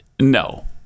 no